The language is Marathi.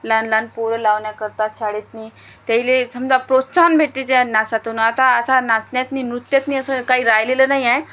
लहान लहान पोरं लावण्या करतात शाळेतून त्यांना समजा प्रोत्साहन भेटते त्या नाचातून आता अशा नाचण्यातनं नृत्यातनं असं काही राहिलेलं नाही आहे